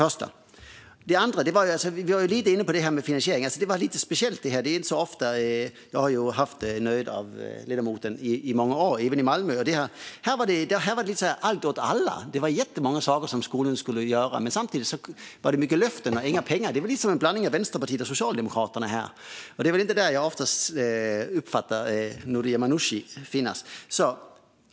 Jag har haft nöjet att debattera med ledamoten i många år, även i Malmö, och nu låter det lite som allt åt alla. Skolan ska göra massor, och det är massor av löften. Samtidigt ges inga pengar. Det blir som en blandning av Vänsterpartiet och Socialdemokraterna, och det är sällan där jag uppfattar att Noria Manouchi står.